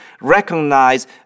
recognize